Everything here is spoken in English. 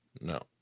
No